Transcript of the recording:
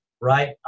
right